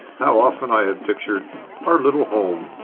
how often i had pictured our little home!